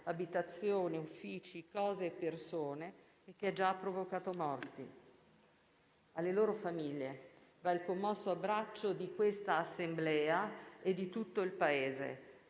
abitazioni, uffici, cose e persone, e che ha già provocato morti. Alle loro famiglie va il commosso abbraccio di questa Assemblea e di tutto il Paese.